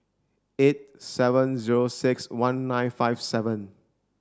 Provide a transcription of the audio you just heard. eight seven zero six one nine five seven